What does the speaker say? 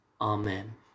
Amen